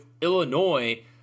Illinois –